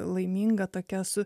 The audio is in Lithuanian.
laiminga tokia su